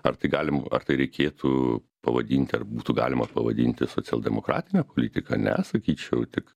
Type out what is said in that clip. ar tai galim ar tai reikėtų pavadinti ar būtų galima pavadinti socialdemokratine politika ne sakyčiau tik